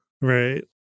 Right